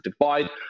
divide